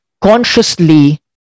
consciously